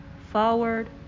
forward